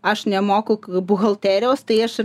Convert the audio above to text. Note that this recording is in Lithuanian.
aš nemoku buhalterijos tai aš ir